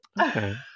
okay